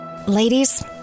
Ladies